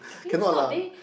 cannot lah